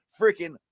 freaking